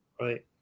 right